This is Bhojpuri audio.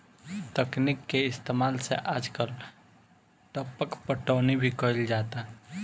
तकनीक के इस्तेमाल से आजकल टपक पटौनी भी कईल जाता